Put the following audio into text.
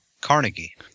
Carnegie